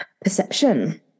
perception